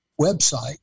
website